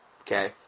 Okay